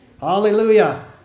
Hallelujah